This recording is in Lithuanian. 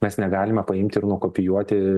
mes negalime paimti ir nukopijuoti